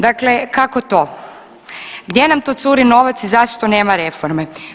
Dakle, kako to, gdje nam to curi novac i zašto nema reforme?